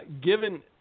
given –